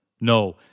No